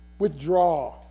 Withdraw